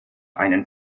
einen